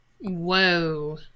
Whoa